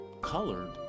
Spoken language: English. colored